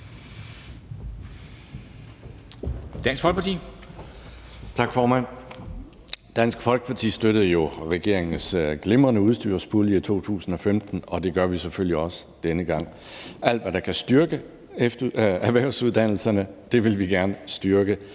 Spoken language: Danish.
Dansk Folkeparti støttede jo regeringens glimrende udstyrspulje i 2015, og det gør vi selvfølgelig også denne gang. Alt, hvad der kan styrke erhvervsuddannelserne, vil vi gerne styrke.